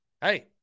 Hey